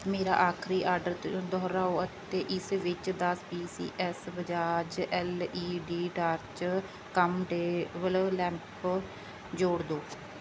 ਮੇਰਾ ਆਖਰੀ ਆਰਡਰ ਦੁ ਦੁਹਰਾਓ ਅਤੇ ਇਸ ਵਿੱਚ ਦਸ P C S Bajaj L E D torch cum table lamp ਜੋੜ ਦਿਓ